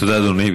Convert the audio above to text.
תודה, אדוני.